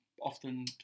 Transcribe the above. Often